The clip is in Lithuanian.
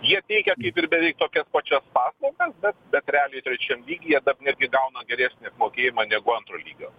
jie teikia kaip ir beveik tokias pačias paslaugas bet bet realiai trečiam lygyje dar netgi gauna didesnį apmokėjimą negu antro lygio